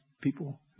people